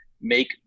make